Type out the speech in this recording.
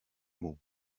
mots